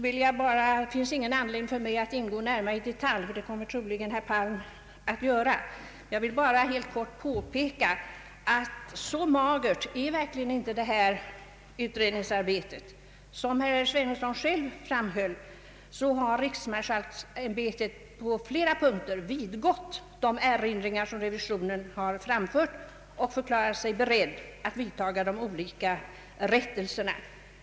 Det finns ingen anledning för mig att ingå i detalj på vad herr Sveningsson sade, för det kommer troligen herr Palm att göra. Jag vill bara påpeka att detta utredningsarbete inte är så magert. Som herr Sveningsson själv framhöll har riksmarskalksämbetet på flera punkter vidgått de erinringar som revisionen har framfört och förklarat sig berett att vidtaga rättelser.